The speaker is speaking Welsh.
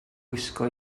gwisgo